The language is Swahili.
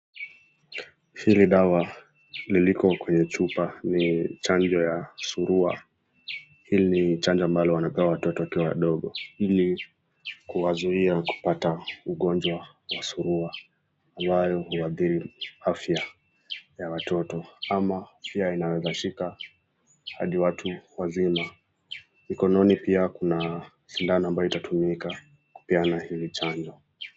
Hili dawa liliko kwenye chupa ni chanjo ya suruwa, hili ni chanjo ambalo wanapea watoto wakiwa wadogo hili kuwazuia kupata ugonjwa wa suruwa ambayo inaathiri afya ya watoto ama pia inaweza shika hadi watu wazima mkononi pia kuna sindano inayotumika kupeana hii chanjo.